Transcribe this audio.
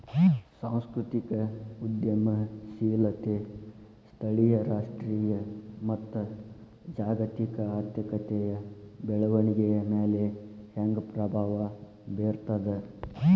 ಸಾಂಸ್ಕೃತಿಕ ಉದ್ಯಮಶೇಲತೆ ಸ್ಥಳೇಯ ರಾಷ್ಟ್ರೇಯ ಮತ್ತ ಜಾಗತಿಕ ಆರ್ಥಿಕತೆಯ ಬೆಳವಣಿಗೆಯ ಮ್ಯಾಲೆ ಹೆಂಗ ಪ್ರಭಾವ ಬೇರ್ತದ